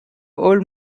old